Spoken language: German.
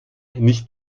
nicht